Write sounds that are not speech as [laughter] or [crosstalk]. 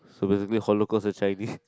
so basically holocaust is a Chinese [laughs]